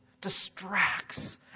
distracts